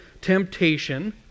temptation